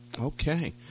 Okay